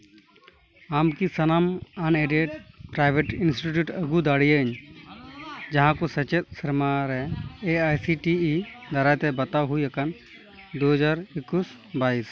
ᱟᱢ ᱠᱤ ᱥᱟᱱᱟᱢ ᱟᱱᱮᱹᱰᱮᱹᱰ ᱯᱨᱟᱭᱵᱷᱮᱹᱴ ᱤᱱᱥᱴᱤᱴᱤᱭᱩᱴ ᱟᱹᱜᱩ ᱫᱟᱲᱮᱭᱟᱹᱧ ᱡᱟᱦᱟᱸ ᱠᱚ ᱥᱮᱪᱮᱫ ᱥᱮᱨᱢᱟ ᱨᱮ A I C T E ᱫᱟᱨᱟᱭᱛᱮ ᱵᱟᱛᱟᱣ ᱦᱩᱭ ᱟᱠᱟᱱᱟ ᱫᱩ ᱦᱟᱡᱟᱨ ᱮᱠᱩᱥ ᱵᱟᱭᱤᱥ